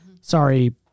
Sorry